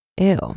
Ew